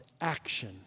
action